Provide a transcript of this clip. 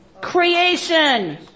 Creation